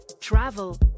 travel